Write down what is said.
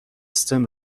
stem